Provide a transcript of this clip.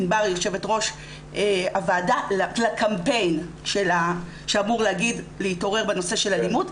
ענבר היא יו"ר הוועדה לקמפיין שאמור להגיד 'להתעורר בנושא של אלימות',